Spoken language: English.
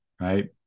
right